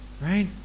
Right